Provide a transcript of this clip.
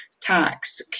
tax